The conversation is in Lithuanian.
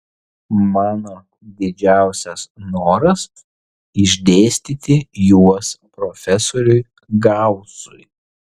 mano didžiausias noras išdėstyti juos profesoriui gausui